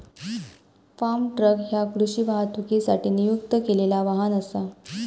form truck ह्या कृषी वाहतुकीसाठी नियुक्त केलेला वाहन असा